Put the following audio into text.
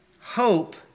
Hope